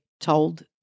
told